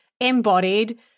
embodied